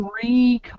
three